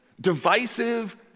divisive